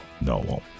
No